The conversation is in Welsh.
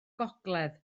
gogledd